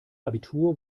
abitur